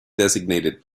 designated